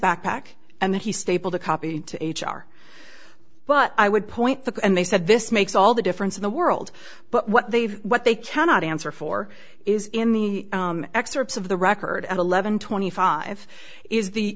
backpack and that he stapled a copy to h r but i would point the and they said this makes all the difference in the world but what they've what they cannot answer for is in the excerpts of the record at eleven twenty five is the